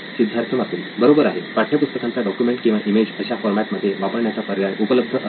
सिद्धार्थ मातुरी बरोबर आहे पाठ्यपुस्तकांचा डॉक्युमेंट किंवा इमेज अशा फॉरमॅट मध्ये वापरण्याचा पर्याय उपलब्ध असावा